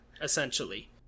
Essentially